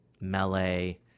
melee